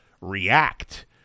react